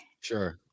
sure